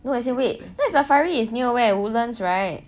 no as you wait night safari is near where woodlands right